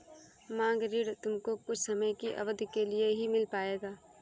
मांग ऋण तुमको कुछ समय की अवधी के लिए ही मिल पाएगा